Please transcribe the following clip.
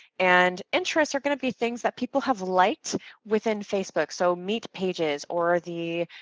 and interests are gonna be things that people have liked within facebook, so meat pages, or the,